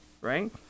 right